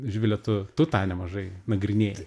živile tu tu tą nemažai nagrinėji